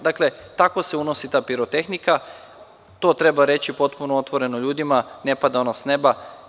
Dakle, kako se unosi ta pirotehnika, to treba reći potpuno otvoreno ljudima, ne pada ona sa neba.